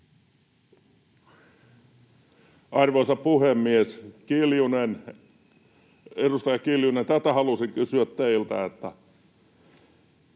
Arvoisa puhemies! Edustaja Kiljunen, tätä halusin kysyä teiltä: